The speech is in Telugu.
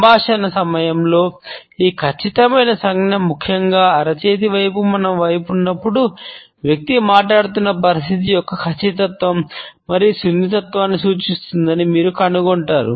సంభాషణల సమయంలో ఈ ఖచ్చితమైన సంజ్ఞ ముఖ్యంగా అరచేయీ మన వైపు ఉన్నప్పుడు వ్యక్తి మాట్లాడుతున్న పరిస్థితి యొక్క ఖచ్చితత్వం మరియు సున్నితత్వాన్ని సూచిస్తుందని మీరు కనుగొంటారు